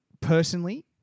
personally